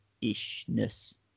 ishness